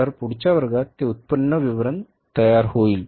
तर पुढच्या वर्गात ते उत्पन्न विवरण तयार होईल